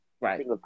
right